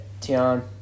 Tian